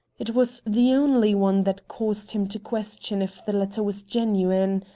it was the only one that caused him to question if the letter was genuine.